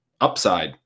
Upside